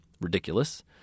ridiculous